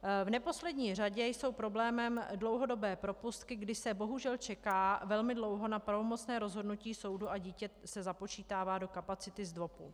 V neposlední řadě jsou problémem dlouhodobé propustky, kdy se bohužel čeká velmi dlouho na pravomocné rozhodnutí soudu a dítě se započítává do kapacity ZDVOPu.